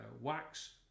wax